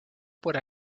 por